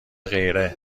غیره